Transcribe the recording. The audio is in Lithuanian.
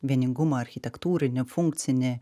vieningumą architektūrinį funkcinį